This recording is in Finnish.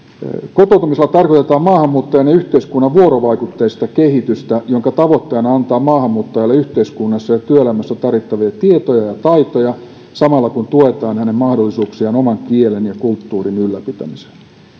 kotoutumisella tarkoitetaan maahanmuuttajan ja yhteiskunnan vuorovaikutteista kehitystä jonka tavoitteena on antaa maahanmuuttajalle yhteiskunnassa ja työelämässä tarvittavia tietoja ja taitoja samalla kun tuetaan hänen mahdollisuuksiaan oman kielen ja kulttuurin ylläpitämiseen